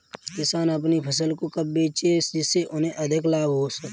किसान अपनी फसल को कब बेचे जिसे उन्हें अधिक लाभ हो सके?